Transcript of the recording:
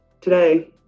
today